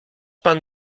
pan